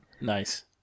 Nice